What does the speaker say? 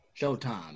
Showtime